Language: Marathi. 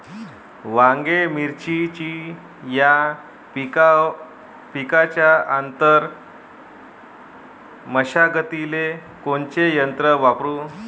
वांगे, मिरची या पिकाच्या आंतर मशागतीले कोनचे यंत्र वापरू?